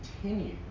continue